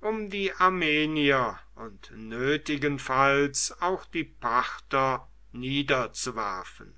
um die armenier und nötigenfalls auch die parther niederzuwerfen